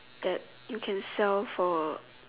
that you can sell for